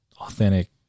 authentic